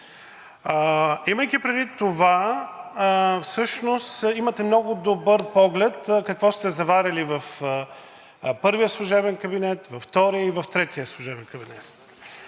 Имайки предвид това, всъщност имате много добър поглед какво сте заварили в първия служебен кабинет, във втория и в третия служебен кабинет.